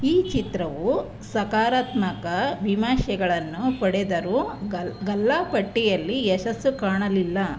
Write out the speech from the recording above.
ಈ ಚಿತ್ರವು ಸಕಾರಾತ್ಮಕ ವಿಮರ್ಶೆಗಳನ್ನು ಪಡೆದರೂ ಗಲ್ ಗಲ್ಲಾ ಪಟ್ಟಿಯಲ್ಲಿ ಯಶಸ್ಸು ಕಾಣಲಿಲ್ಲ